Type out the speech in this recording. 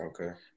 Okay